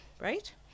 Right